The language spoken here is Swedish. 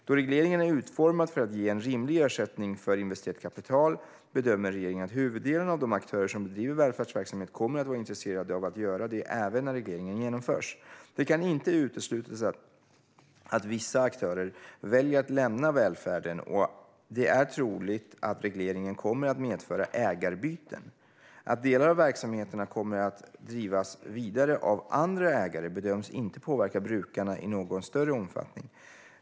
Då regleringen är utformad för att ge en rimlig ersättning för investerat kapital bedömer regeringen att huvuddelen av de aktörer som bedriver välfärdsverksamhet kommer att vara intresserade av att göra det även när regleringen genomförs. Det kan inte uteslutas att vissa aktörer väljer att lämna välfärden, och det är troligt att regleringen kommer att medföra ägarbyten. Att delar av verksamheterna kommer att drivas vidare av andra ägare bedöms inte påverka brukarna i någon större omfattning.